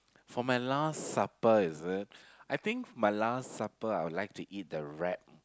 for my last supper is it I think my last supper I would like to eat the wrap